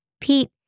Pete